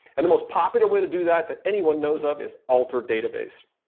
and the most popular way to do that that anyone knows up is alter database.